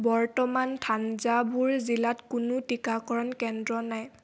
বৰ্তমান থাঞ্জাভুৰ জিলাত কোনো টীকাকৰণ কেন্দ্ৰ নাই